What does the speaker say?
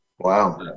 Wow